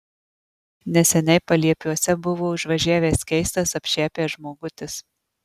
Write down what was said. neseniai paliepiuose buvo užvažiavęs keistas apšepęs žmogutis